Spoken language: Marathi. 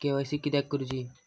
के.वाय.सी किदयाक करूची?